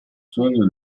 sogno